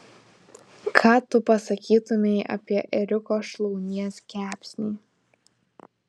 ką tu pasakytumei apie ėriuko šlaunies kepsnį